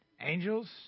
Angels